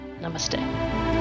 Namaste